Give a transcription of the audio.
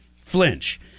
flinch